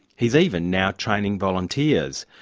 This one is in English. he's even now training volunteers.